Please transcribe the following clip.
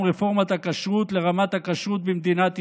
רפורמת הכשרות לרמת הכשרות במדינת ישראל.